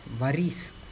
worries